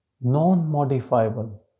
Non-modifiable